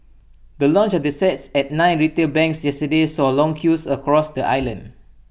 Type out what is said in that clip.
the launch of the sets at nine retail banks yesterday saw long queues across the island